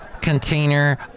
container